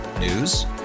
News